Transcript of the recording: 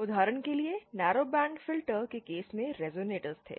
उदाहरण के लिए नैरोबैंड फिल्टर के केस में रेज़ोनेटर थे